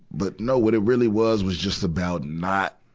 but, no, what it really was was just about not,